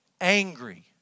angry